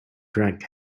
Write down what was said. drank